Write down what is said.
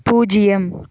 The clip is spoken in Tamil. பூஜ்யம்